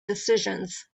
decisions